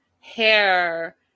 hair